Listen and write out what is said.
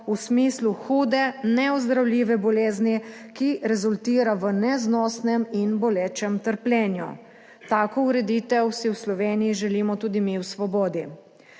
v smislu hude neozdravljive bolezni, ki rezultira v neznosnem in bolečem trpljenju. Tako ureditev si v Sloveniji želimo tudi mi v Svobodi.